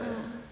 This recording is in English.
ah